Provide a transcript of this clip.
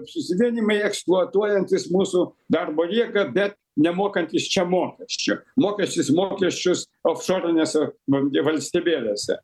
susivienijimai eksploatuojantys mūsų darbo jėgą bet nemokantys čia mokesčių mokesčius mokesčius ofšorinėse v valstybėlėse